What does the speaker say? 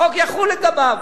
החוק יחול לגביו.